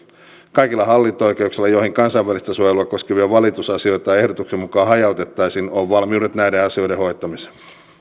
kaikilla hallinto oikeuksilla joihin kansainvälistä suojelua koskevia valitusasioita ehdotuksen mukaan hajautettaisiin on valmiudet näiden asioiden hoitamiseen